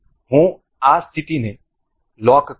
હવે હું આ સ્થિતિને લોક કરીશ